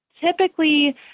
typically